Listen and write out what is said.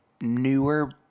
newer